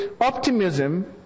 optimism